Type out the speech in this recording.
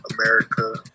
America